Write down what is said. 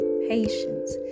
patience